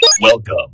Welcome